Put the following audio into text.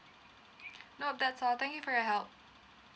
nope that's all thank you for your help